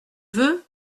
veux